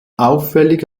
auffällig